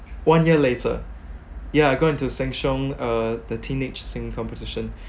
one year later yeah I got into sheng siong uh the teenage singing competition